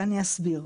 ואני אסביר.